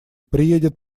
приедет